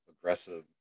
aggressive